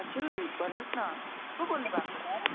हजुर भन्नुहोस् न को बोल्नुभएको होला